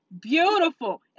beautiful